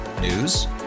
News